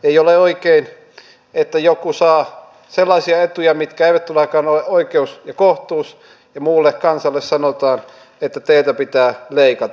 ei ole oikein että joku saa sellaisia etuja mitkä eivät todellakaan ole oikeus ja kohtuus ja muulle kansalle sanotaan että teiltä pitää leikata